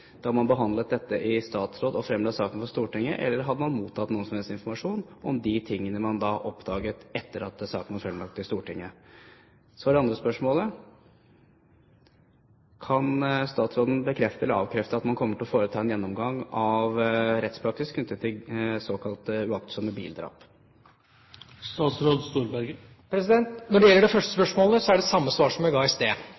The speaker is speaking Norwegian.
da man behandlet dette i statsråd og fremla saken for Stortinget? Eller hadde man mottatt noen som helst informasjon om de tingene man oppdaget etter at saken var fremlagt i Stortinget? Så det andre spørsmålet: Kan statsråden bekrefte, eller avkrefte, at man kommer til å foreta en gjennomgang av rettspraksis knyttet til såkalt uaktsomme bildrap? Når det gjelder det første